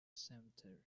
cemetery